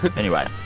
but anyway